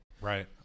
Right